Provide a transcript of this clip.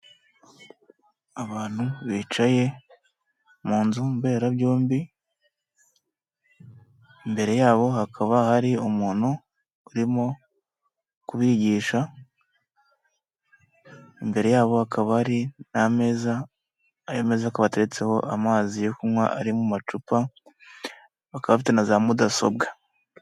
Abantu bicaye mu nzu mberabyombi, imbere yabo hakaba hari umuntu urimo kubigisha, imbere yabo hakaba hari n'ameza, ayo meza akaba ateretseho amazi yo kunywa ari mu macupa, bakaba bafite naza mudasobwa.